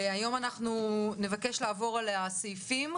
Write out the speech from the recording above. והיום אנחנו נבקש לעבור על הסעיפים,